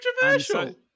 Controversial